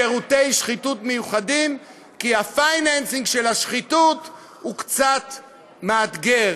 שירותי שחיתות מיוחדים כי ה-financing של השחיתות הוא קצת מאתגר,